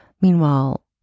Meanwhile